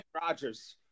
Rodgers